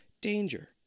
danger